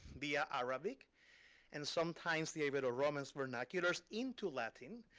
via arabic and sometimes the ibero-romance vernaculars into latin,